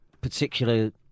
particular